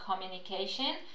communication